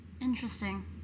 Interesting